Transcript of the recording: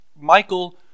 Michael